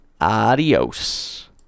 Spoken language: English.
Adios